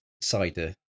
cider